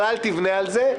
אבל אל תבנה על זה.